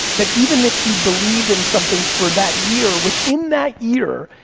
that even if you believe in something for that year, within that year,